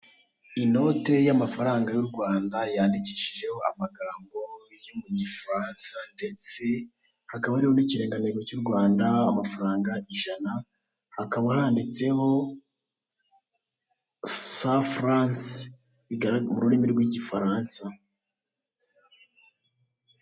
Inote y'amafaranga y'U Rwanda yandikishijeho amagambo yo mu gifaransa, ndetse hakaba hariho n'ikirangantego cy'U Rwanda amafaranga ijana hakaba handiteho sa furanse mu rurimi rw'igifaransa.